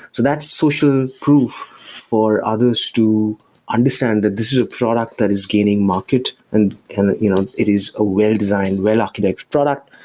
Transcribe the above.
that's social proof for others to understand that this is a product that is gaining market, and and you know it is a well-designed, well-architectured product.